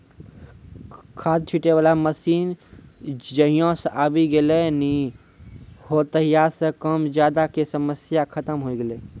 खाद छीटै वाला मशीन जहिया सॅ आबी गेलै नी हो तहिया सॅ कम ज्यादा के समस्या खतम होय गेलै